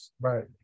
Right